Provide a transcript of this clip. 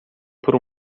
por